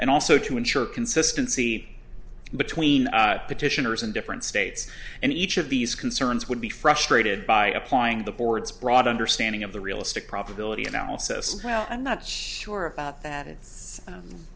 and also to ensure consistency between the petitioners in different states and each of these concerns would be frustrated by applying the board's broad understanding of the realistic probability analysis well i'm not sure about that it's